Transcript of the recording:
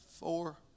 Four